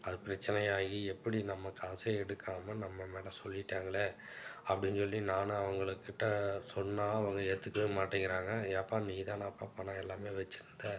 அது பிரச்சினை ஆகி எப்படி நம்ம காசே எடுக்காமல் நம்ம மேலே சொல்லிவிட்டாங்களே அப்படினு சொல்லி நானும் அவங்கள் கிட்டே சொன்னால் அவங்க ஏற்றுக்கவே மாட்டேங்கிறாங்க ஏன்ப்பா நீ தானப்பா பணம் எல்லாமே வச்சுருந்த